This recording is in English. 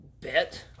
bet